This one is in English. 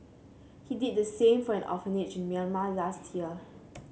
he did the same for an orphanage in Myanmar last year